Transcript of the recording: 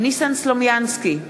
ניסן סלומינסקי,